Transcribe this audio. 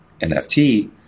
NFT